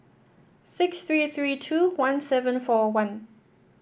six three three two one seven four one